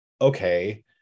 okay